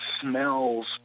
smells